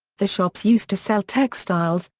the shops used to sell textiles,